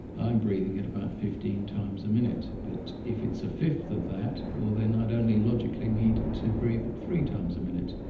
i'm breathing at about fifteen times a minute. but if it's a fifth of that, well then i'd only logically need to breathe at three times a minute.